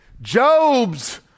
Job's